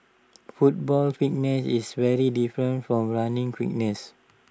football fitness is very different from running fitness